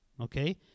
okay